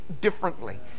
differently